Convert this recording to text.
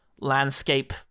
landscape